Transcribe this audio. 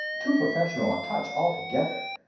too professional a touch altogether!